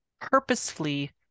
purposefully